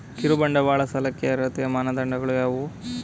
ಕಿರುಬಂಡವಾಳ ಸಾಲಕ್ಕೆ ಅರ್ಹತೆಯ ಮಾನದಂಡಗಳು ಯಾವುವು?